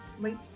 late